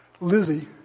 Lizzie